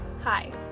hi